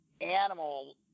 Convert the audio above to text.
animal